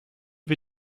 wir